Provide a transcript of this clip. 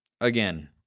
again